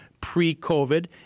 pre-COVID